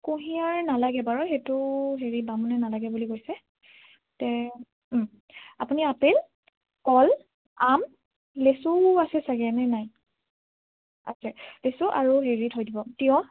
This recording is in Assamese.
কুঁহিয়াৰ নালাগে বাৰু সেইটো হেৰি বামুণে নালাগে বুলি কৈছে তে আপুনি আপেল কল আম লিচু আছে চাগে নে নাই আছে লিচু আৰু হেৰি থৈ দিব তিয়হ